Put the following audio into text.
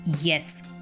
Yes